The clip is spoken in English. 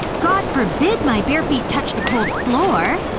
god forbid my bare feet touch the cold floor